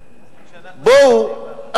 בואו,